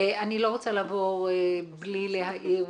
אני לא רוצה לעבור בלי להעיר,